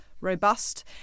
robust